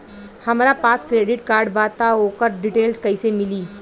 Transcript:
हमरा पास credit card बा त ओकर डिटेल्स कइसे मिली?